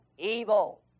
Evil